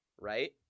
right